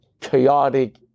chaotic